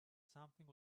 something